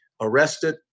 arrested